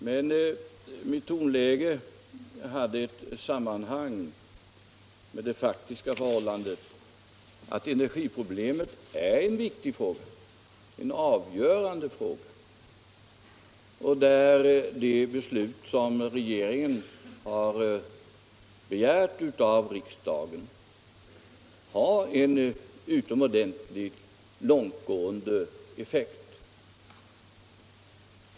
Men mitt tonläge hade ett samband med det faktiska förhållandet att energiproblemet är en viktig fråga, en avgörande fråga där beslut som regeringen föreslagit riksdagen att fatta har en utomordentligt långtgående effekt.